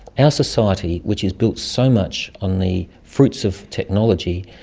our society, which is built so much on the fruits of technology,